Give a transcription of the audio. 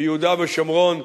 ביהודה ושומרון,